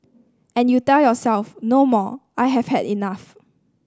and you tell yourself no more I have had enough